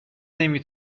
نمی